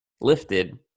lifted